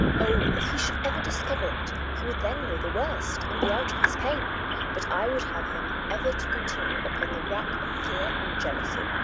oh, if he should ever discover it, he would then know the worst, and be out of his pain but i would have him ever to continue upon the rack of fear and jealousy.